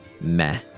meh